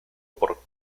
por